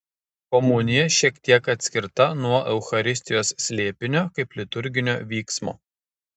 komunija šiek tiek atskirta nuo eucharistijos slėpinio kaip liturginio vyksmo